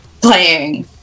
playing